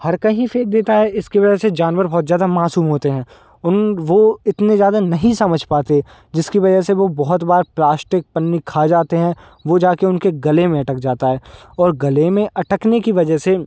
हर कहीं फे़क देता है इसके वजह से जानवर बहुत ज्यादा मासूम होते हैं उन वो इतने ज्यादा नहीं समझ पाते जिसकी वजह से वो बहुत बार प्लास्टिक पन्नी खा जाते हैं वो जाकर उनके गले में अटक जाता है और गले में अटकने की वजह से